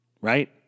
Right